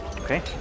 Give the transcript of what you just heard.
Okay